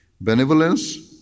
benevolence